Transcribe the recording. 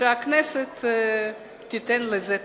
הכנסת תיתן לזה תמיכה.